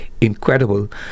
incredible